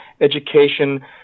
education